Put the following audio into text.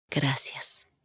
Gracias